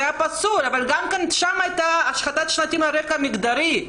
אבל גם שם הייתה השחתת שלטים על רקע מגדרי.